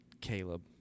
caleb